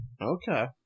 okay